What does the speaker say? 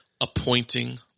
appointing